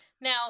Now